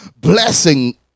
blessing